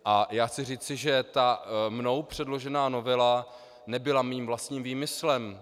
A já chci říci, že ta mnou předložená novela nebyla mým vlastním výmyslem.